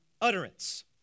utterance